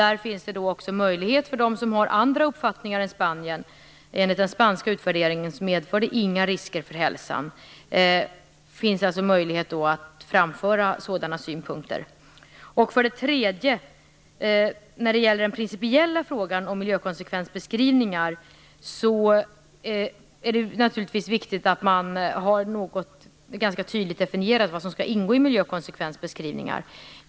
Där finns det också möjlighet för dem som har andra uppfattningar än Spanien att framföra sådana synpunkter. Enligt den spanska utvärderingen innebär kumen inga risker för hälsan. När det gäller den principiella frågan om miljökonsekvensbeskrivningar är det naturligtvis viktigt att man ganska tydligt har definierat vad som skall ingå i sådana.